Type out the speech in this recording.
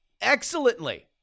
excellently